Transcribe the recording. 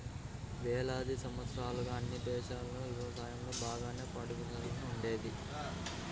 వేలాది సంవత్సరాలుగా అన్ని దేశాల్లోనూ యవసాయంలో బాగంగానే పాడిపరిశ్రమ ఉండేది